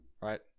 right